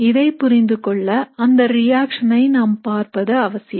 இதை புரிந்துகொள்ள அந்த ரியாக்ஷனை நாம் பார்ப்பது அவசியம்